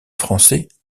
français